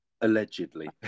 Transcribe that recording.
Allegedly